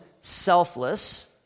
selfless